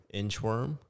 inchworm